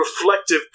reflective